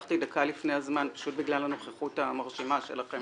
פותחת את ישיבת הוועדה לענייני ביקורת המדינה.